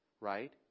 Right